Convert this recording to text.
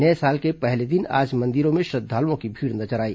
नये साल के पहले दिन आज मंदिरों में श्रद्धालुओं की भीड़ नजर आई